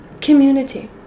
community